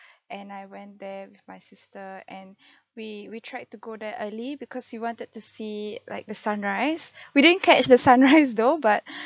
and I went there with my sister and we we tried to go there early because we wanted to see like the sunrise we didn't catch the sunrise though but